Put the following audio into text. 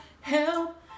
help